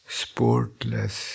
sportless